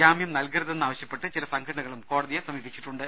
ജാമ്യം നൽകരുതെന്ന് ആവശ്യപ്പെട്ട് ചില സംഘടനകളും കോടതിയെ സമീപിച്ചിട്ടുണ്ട്